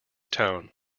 tone